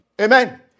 Amen